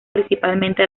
principalmente